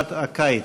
בחופשת הקיץ.